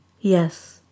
Yes